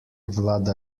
vlada